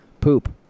poop